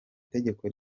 tegeko